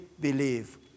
believe